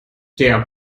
der